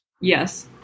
Yes